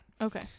okay